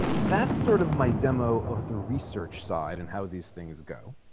that's sort of my demo of the research side and how these things go